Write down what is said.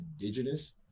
indigenous